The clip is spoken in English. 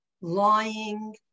lying